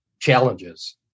challenges